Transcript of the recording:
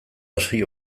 hasi